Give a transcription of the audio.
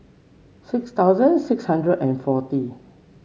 six thousand six hundred and forty